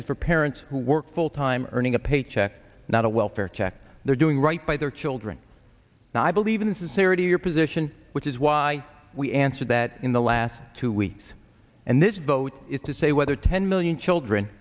is for parents who work full time earning a paycheck not a welfare check they're doing right by their children now i believe in sincerity your position which is why we answered that in the last two weeks and this vote is to say whether ten million children